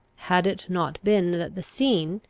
had it not been that the scene,